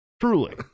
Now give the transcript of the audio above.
truly